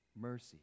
mercy